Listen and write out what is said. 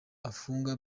afungwa